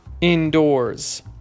indoors